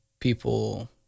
people